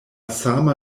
sama